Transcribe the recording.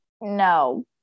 No